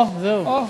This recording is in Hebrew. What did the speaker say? אוה, זהו.